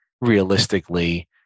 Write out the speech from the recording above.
realistically